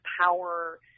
power